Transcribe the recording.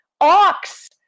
Ox